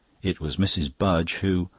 it was mrs. budge who,